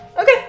Okay